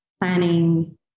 planning